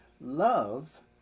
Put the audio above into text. love